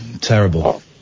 terrible